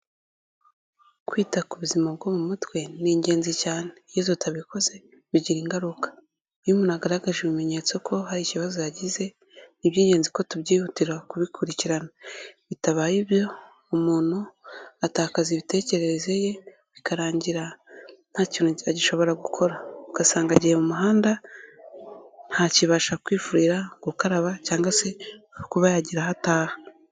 Kwita ku buzima bwo mu mutwe ni ingenzi cyane. Iyo tutabikoze bigira ingaruka. Iyo umuntu agaragaje ibimenyetso ko hari ikibazo yagize, ni iby'ingenzi ko tubyihutira kubikurikirana. Bitabaye ibyo umuntu atakaza imitekerereze ye bikarangira nta kintu agishobora gukora. Ugasanga agiye mu muhanda, ntakibasha kwifurira, gukaraba cyangwa se kuba yagira aho ataha.